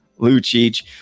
Lucic